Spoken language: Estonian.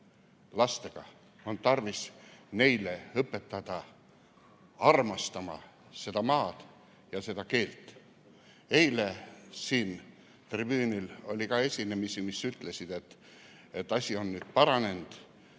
puhul: on tarvis neid õpetada armastama seda maad ja seda keelt. Eile siin tribüünil oli ka esinejaid, kes ütlesid, et asi on paranenud,